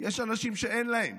יש אנשים שאין להם.